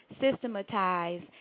systematize